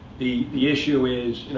the the issue is,